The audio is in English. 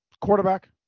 Quarterback